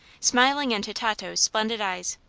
smiling into tato's splendid eyes.